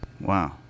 Wow